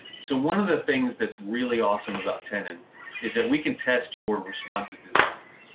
so one of the things that's really awesome about tenon, and is that we can test your responsive designs.